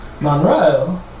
Monroe